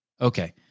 Okay